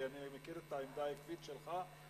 כי אני מכיר את העמדה העקבית שלך,